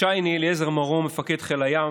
צ'ייני אליעזר מרום, מפקד חיל הים,